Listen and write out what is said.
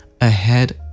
ahead